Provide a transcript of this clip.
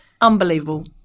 Unbelievable